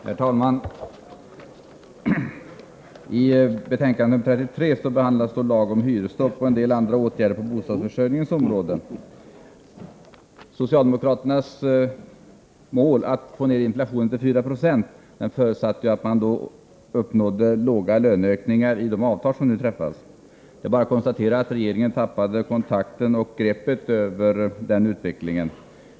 Herr talman! I bostadsutskottets betänkande 33 behandlas lag om hyresstopp och en del andra åtgärder på bostadsförsörjningens område. Socialdemokraternas mål att få ner inflationen till 4 96 förutsatte låga löneökningar i de avtal som nu träffats. Det är bara att konstatera att regeringen tappade kontrollen och greppet över utvecklingen.